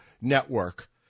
Network